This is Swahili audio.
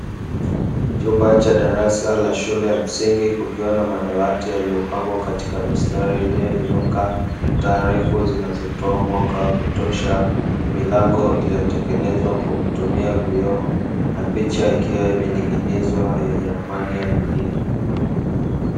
Chumba cha darasa la shule ya msingi, kukiwa na madawati yaliyopangwa katika mistari iliyonyooka, taa refu zinazotoa mwanga wa kutosha, milango iliyotengenezwa kwa kutumia vioo na picha ikiwa imening'inizwa yenye ramani ya dunia.